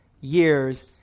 years